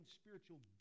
spiritual